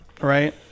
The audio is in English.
right